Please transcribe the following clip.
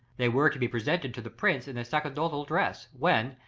they were to be presented to the prince in their sacerdotal dress, when,